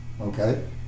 Okay